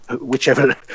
whichever